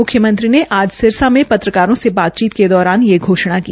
मुख्यमंत्री ने आज आज सिरसा मे पत्रकारों से बाचीत के दौरान ये घोषणा की